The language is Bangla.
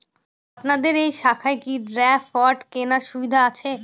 আপনাদের এই শাখায় কি ড্রাফট কেনার সুবিধা আছে?